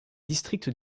districts